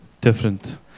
different